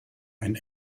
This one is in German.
ein